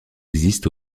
existent